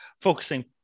focusing